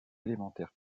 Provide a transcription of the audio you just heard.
élémentaire